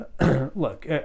look